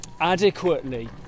adequately